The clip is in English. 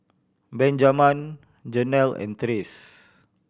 Benjaman Janel and Trace